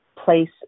place